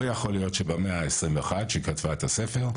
לא יכול להיות שבמאה ה-21 כשהיא כתבה את הספר,